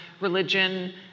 religion